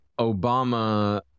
Obama